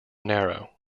narrow